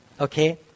Okay